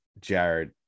Jared